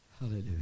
hallelujah